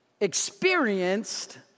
experienced